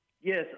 Yes